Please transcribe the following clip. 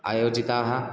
आयोजिताः